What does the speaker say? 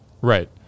right